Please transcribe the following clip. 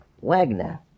Wagner